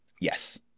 Yes